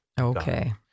Okay